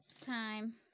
Time